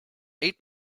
eight